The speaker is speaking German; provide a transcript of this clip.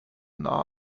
nah